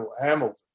Hamilton